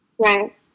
Right